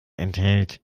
enthält